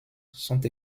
sont